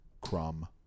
crumb